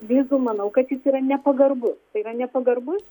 vizų manau kad jis yra nepagarbus tai yra nepagarbus